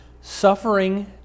Suffering